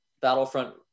Battlefront